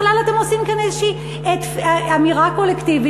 אתם עושים כאן איזושהי אמירה קולקטיבית